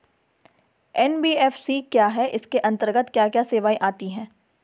NBFC क्या है इसके अंतर्गत क्या क्या सेवाएँ आती हैं?